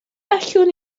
allwn